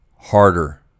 Harder